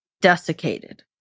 desiccated